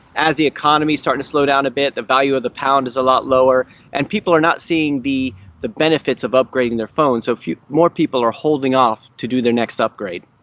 as the economy's starting to slow down a bit. the value of the pound is a lot lower and people are not seeing the the benefits of upgrading their phones. so, few more people are holding off to do their next upgrade.